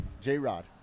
J-Rod